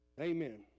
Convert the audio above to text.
Amen